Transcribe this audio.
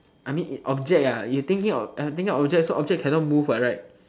I mean object ah you thinking of uh thinking of object so object cannot move what right